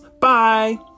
Bye